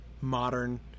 modern